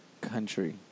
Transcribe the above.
country